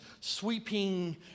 sweeping